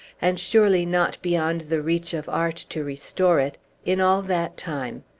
and surely not beyond the reach of art to restore it in all that time.